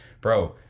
bro